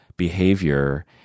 Behavior